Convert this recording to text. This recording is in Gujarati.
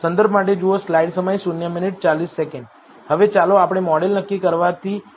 હવે ચાલો આપણે મોડેલ નક્કી કરવાથી પ્રારંભ કરીએ